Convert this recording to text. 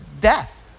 Death